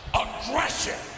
Aggression